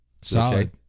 Solid